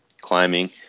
climbing